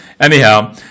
Anyhow